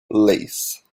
lace